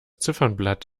ziffernblatt